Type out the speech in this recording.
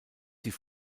sie